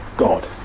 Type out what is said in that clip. God